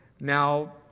now